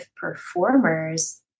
performers